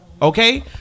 Okay